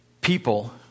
people